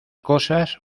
cosas